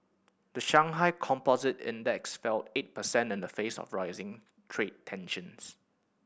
the Shanghai Composite Index fell eight percent in the face of rising trade tensions